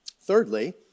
Thirdly